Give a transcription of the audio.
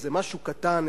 איזה משהו קטן,